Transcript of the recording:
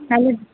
நல்லது